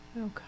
Okay